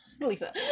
Lisa